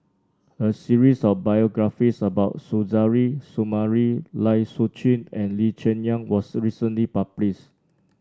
a series of biographies about Suzairhe Sumari Lai Siu Chiu and Lee Cheng Yan was recently published